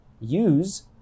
use